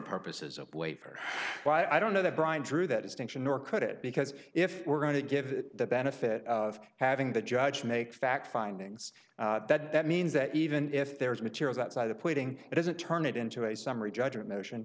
purposes of waiver why i don't know that brian drew that is tension nor could it because if we're going to give the benefit of having the judge make fact findings that that means that even if there's material outside the putting it doesn't turn it into a summary judgment